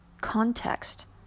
context